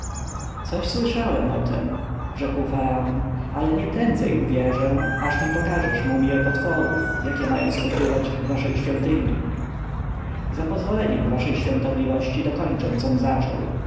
coś słyszałem o tem rzekł faraon ale nie prędzej uwierzę aż mi pokażesz mumje potworów jakie mają spoczywać w waszej świątyni za pozwoleniem waszej świątobliwości dokończę com zaczął